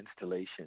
installation